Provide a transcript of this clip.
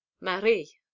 Marie